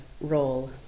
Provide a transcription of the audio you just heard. role